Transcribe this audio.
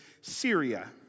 Syria